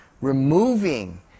Removing